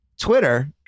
Twitter